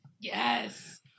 Yes